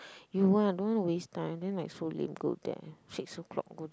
you won't I don't want waste time then like so lame go there six o-clock go